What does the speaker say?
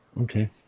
Okay